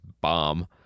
bomb